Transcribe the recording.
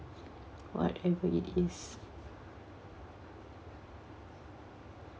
what if it is